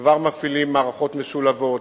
כבר מפעילים מערכות משולבות,